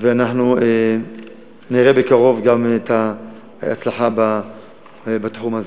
ואנחנו נראה בקרוב את ההצלחה בתחום הזה.